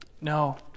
No